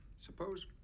suppose